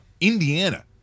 Indiana